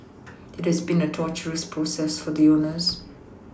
it has been a torturous process for the owners